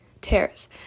tears